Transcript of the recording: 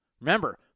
Remember